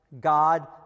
God